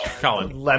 Colin